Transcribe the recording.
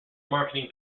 marketing